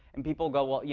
and people go, well, yeah